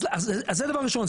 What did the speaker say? אז זה דבר ראשון.